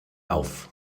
auf